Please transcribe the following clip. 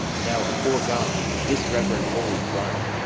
now, afore god, this reverend holy friar,